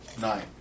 Nine